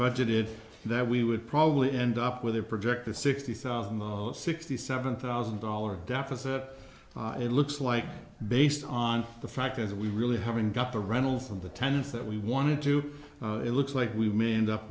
budgeted that we would probably end up with a projected sixty thousand sixty seven thousand dollar deficit it looks like based on the fact is we really haven't got the rental from the tenants that we wanted to pay it looks like we may end up